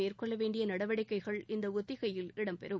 மேற்கொள்ள வேண்டிய நடவடிக்கைகள் இந்த ஒத்திகையில் இடம்பெறும்